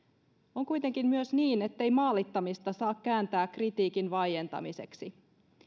on kuitenkin myös niin ettei maalittamista saa kääntää kritiikin vaientamiseksi